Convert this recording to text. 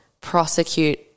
prosecute